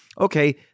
Okay